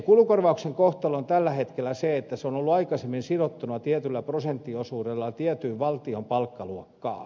kulukorvauksen kohtalo on tällä hetkellä se että se on ollut aikaisemmin sidottuna tietyllä prosenttiosuudella tiettyyn valtion palkkaluokkaan